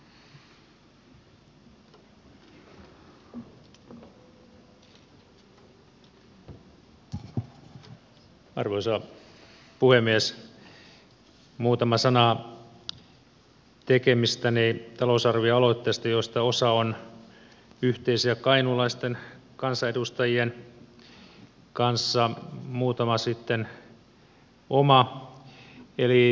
muutama sana tekemistäni talousarvioaloitteista joista osa on yhteisiä kainuulaisten kansanedustajien kanssa muutama oma